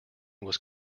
was